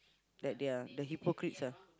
that they're they're hypocrites ah